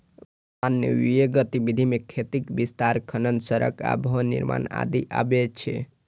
मानवीय गतिविधि मे खेतीक विस्तार, खनन, सड़क आ भवन निर्माण आदि अबै छै